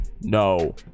no